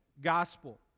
gospel